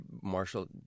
Marshall